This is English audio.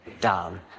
down